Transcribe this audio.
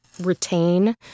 retain